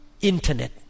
internet